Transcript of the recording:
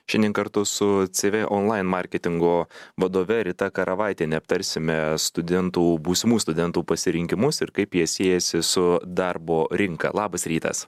šiandien kartu su cv online marketingo vadove rita karavaitiene aptarsime studentų būsimų studentų pasirinkimus ir kaip jie siejasi su darbo rinka labas rytas